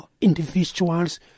individuals